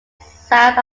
south